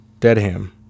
Deadham